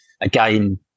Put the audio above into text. again